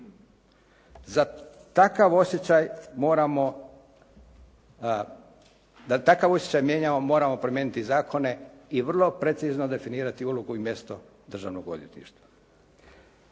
Za takav osjećaj mijenjamo moramo promijeniti zakone i vrlo precizno definirati ulogu i mjesto Državnog odvjetništva.